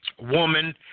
woman